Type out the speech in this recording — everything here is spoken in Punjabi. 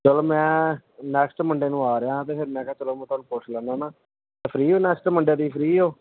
ਚਲੋ ਮੈਂ ਨੈਕਸਟ ਮੰਡੇ ਨੂੰ ਆ ਰਿਹਾ ਤਾਂ ਫਿਰ ਮੈਂ ਕਿਹਾ ਚਲੋ ਮੈਂ ਤੁਹਾਨੂੰ ਪੁੱਛ ਲੈਂਦਾ ਵਾ ਤਾਂ ਫਰੀ ਹੋ ਨੈਕਸਟ ਮੰਡੇ ਤੁਸੀਂ ਫਰੀ ਹੋ